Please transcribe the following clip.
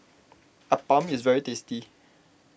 Appam is very tasty